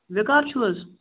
وِیقار چھُو حظ